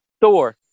thor